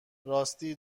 راس